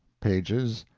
pages,